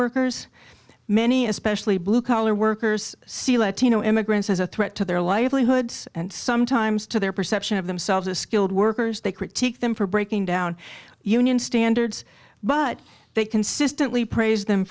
workers many especially blue collar workers see latino immigrants as a threat to their livelihoods and sometimes to their perception of themselves as skilled workers they critique them for breaking down union standards but they consistently praise them